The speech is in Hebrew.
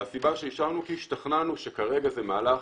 הסיבה שאישרנו, כי השתכנענו שכרגע זה מהלך